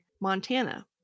Montana